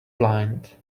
blind